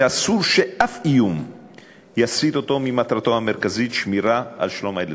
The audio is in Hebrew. ואסור שאיום יסיט אותו ממטרתו המרכזית: שמירה על שלום הילדים.